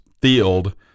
field